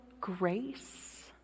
grace